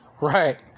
Right